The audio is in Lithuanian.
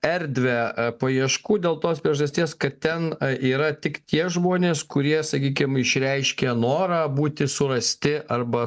erdvę paieškų dėl tos priežasties kad ten yra tik tie žmonės kurie sakykim išreiškė norą būti surasti arba